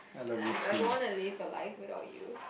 and I I don't want to live a life without you